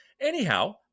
Anyhow